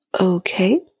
Okay